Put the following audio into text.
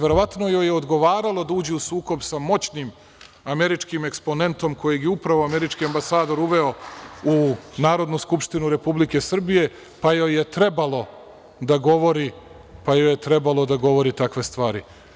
Verovatno joj je odgovaralo da uđe u sukob sa moćnim američkim eksponentom kojeg je upravo američki ambasador uveo u Narodnu skupštinu Republike Srbije, pa joj je trebalo da govori, pa joj je trebalo da govori takve stvari.